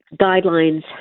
guidelines